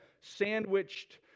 sandwiched